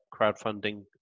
crowdfunding